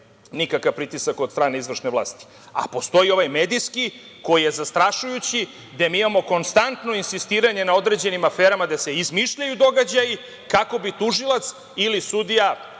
nikakav pritisak od strane izvršne vlasti, a postoji ovaj medijski, koji je zastrašujući, gde mi imamo konstantno insistiranje na određenim aferama gde se izmišljaju događaji, kako bi tužilac ili sudija